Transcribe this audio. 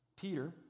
peter